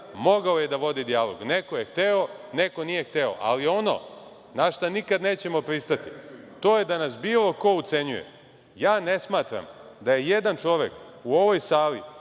mogao je da vodi dijalog. Neko je hteo, neko nije hteo. Ali ono na šta nikad nećemo pristati, to je da nas bilo ko ucenjuje. Ja ne smatram da je jedan čovek u ovoj sali